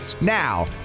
now